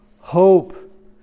hope